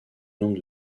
nombre